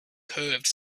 curved